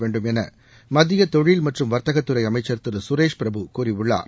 வேண்டும் என மத்திய தொழில் மற்றும் வர்த்தகத்துறை அமைச்சர் திரு சுரேஷ் பிரபு கூறியுள்ளார்